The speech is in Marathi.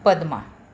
पद्मा